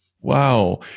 Wow